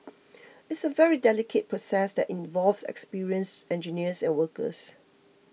it's a very delicate process that involves experienced engineers and workers